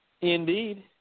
indeed